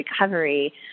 recovery